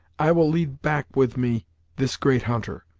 i will lead back with me this great hunter,